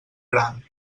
gran